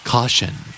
Caution